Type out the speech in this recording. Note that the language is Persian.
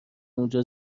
اونجا